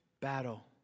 battle